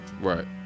Right